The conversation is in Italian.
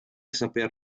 saper